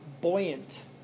buoyant